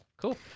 Cool